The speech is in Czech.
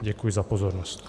Děkuji za pozornost.